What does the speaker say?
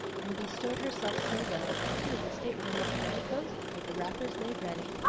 and bestirred herself so well that soon the stateroom looked very cosy with the wrappers laid ready,